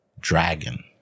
dragon